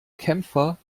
kämpfer